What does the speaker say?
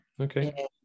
Okay